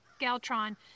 Galtron